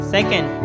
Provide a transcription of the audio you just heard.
Second